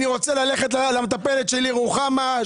אני רוצה ללכת למטפלת שלי רוחמה,